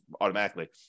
automatically